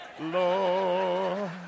Lord